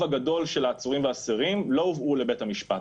הגדול של העצורים והאסירים לא הובאו לבית המשפט,